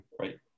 right